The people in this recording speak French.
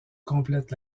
complètent